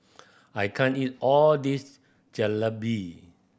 I can't eat all this Jalebi